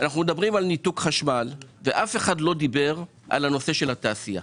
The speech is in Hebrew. מדברים על ניתוק חשמל ואף אחד לא דיבר על נושא התעשייה.